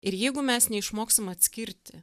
ir jeigu mes neišmoksim atskirti